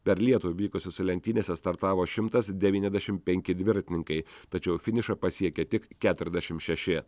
per lietų vykusiose lenktynėse startavo šimtas devyniasdešim penki dviratininkai tačiau finišą pasiekė tik keturiasdešim šeši